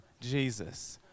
Jesus